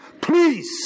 Please